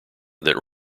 that